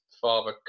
father